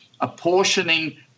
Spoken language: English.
apportioning